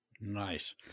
Nice